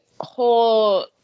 whole